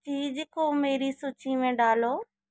चीज़ को मेरी सूची में डालो